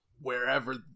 wherever